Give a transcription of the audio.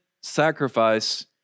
sacrifice